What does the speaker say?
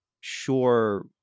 sure